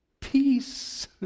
peace